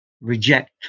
reject